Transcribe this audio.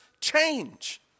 change